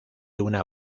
una